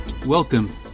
Welcome